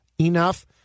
enough